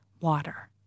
water